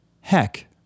heck